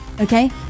okay